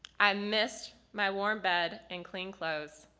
i missed my warm bed and clean clothes.